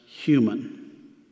human